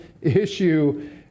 issue